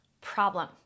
problem